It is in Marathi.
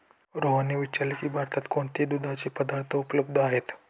रोहनने विचारले की भारतात कोणते दुधाचे पदार्थ उपलब्ध आहेत?